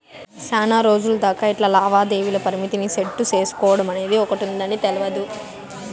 సేనారోజులు దాకా ఇట్లా లావాదేవీల పరిమితిని సెట్టు సేసుకోడమనేది ఒకటుందని తెల్వదు